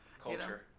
Culture